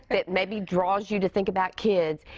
it maybe draws you to think about kids.